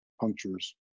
punctures